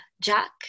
Jack